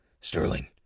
Sterling